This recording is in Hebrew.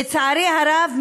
לצערי הרב,